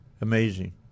Amazing